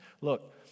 Look